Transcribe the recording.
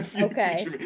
okay